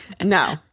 No